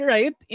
Right